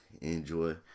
Enjoy